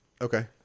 Okay